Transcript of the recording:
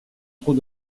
trop